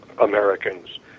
Americans